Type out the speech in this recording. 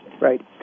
right